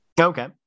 Okay